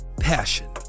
Passion